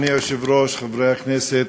אדוני היושב-ראש, חברי הכנסת,